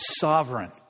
sovereign